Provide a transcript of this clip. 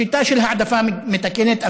שיטה של העדפה מתקנת,